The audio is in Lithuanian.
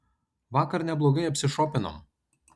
vakar neblogai apsišopinom